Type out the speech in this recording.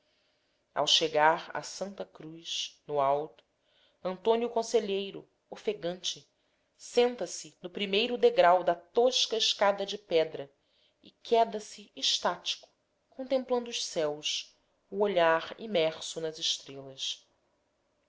ao chegar à santa cruz no alto antônio conselheiro ofegante senta-se no primeiro degrau da tosca escada de pedra e queda se estático contemplando os céus o olhar imerso nas estrelas